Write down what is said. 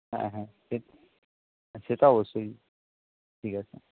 হ্যাঁ হ্যাঁ সে সে তো অবশ্যই ঠিক আছে